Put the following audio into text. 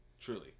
Truly